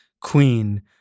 queen